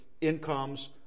incomes